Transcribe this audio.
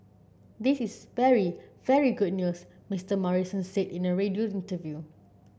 this is very very good news Mister Morrison said in a radio interview